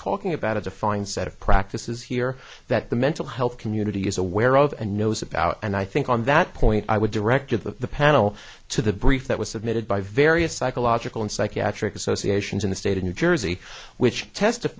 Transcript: talking about a defined set of practices here that the mental health community is aware of and knows about and i think on that point i would direct at the panel to the brief that was submitted by various psychological and psychiatric associations in the state of new jersey which test